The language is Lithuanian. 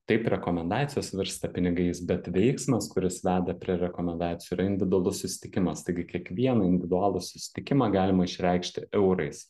taip rekomendacijos virsta pinigais bet veiksmas kuris veda prie rekomendacijų yra individualus susitikimas taigi kiekvieną individualų susitikimą galima išreikšti eurais